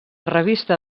revista